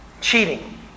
Cheating